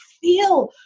feel